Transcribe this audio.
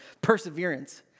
perseverance